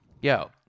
yo